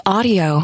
Audio